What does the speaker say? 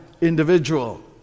individual